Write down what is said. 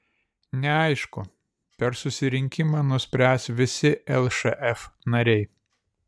neaišku per susirinkimą nuspręs visi lšf nariai